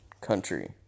country